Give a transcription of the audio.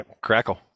Crackle